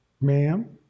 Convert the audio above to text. Ma'am